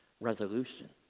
resolution